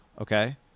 okay